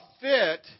fit